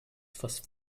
fast